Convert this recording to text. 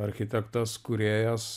architektas kūrėjas